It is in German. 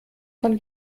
von